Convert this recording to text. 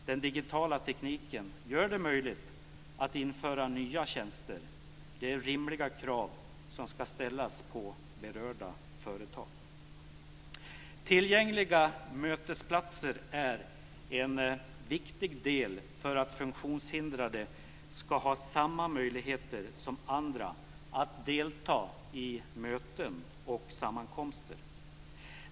Den digitala tekniken gör det möjligt att införa nya tjänster. Detta är rimliga krav som ska ställas på berörda företag. Tillgängliga mötesplatser är en viktig del för att funktionshindrade ska ha samma möjligheter som andra att delta i möten och sammankomster.